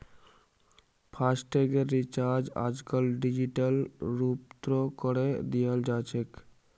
फासटैगेर recharge आजकल digital रूपतों करे दियाल जाछेक